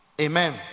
amen